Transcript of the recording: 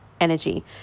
energy